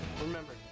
Remember